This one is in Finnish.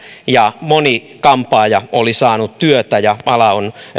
ja moni kampaaja oli saanut työtä ja miten ala on